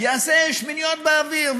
יעשה שמיניות באוויר,